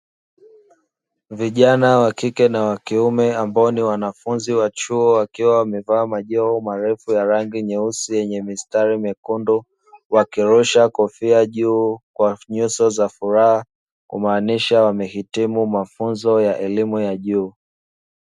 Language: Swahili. Vijana wa kike na wa kiume ambao ni wanafunzi wa chuo, wakiwa wamevaa majoho marefu ya rangi nyeusi yenye mistari myekundu, wakirusha kofia juu kwa nyuso za furaha kumaanisha wamehitimu mafunzo ya elimu ya juu.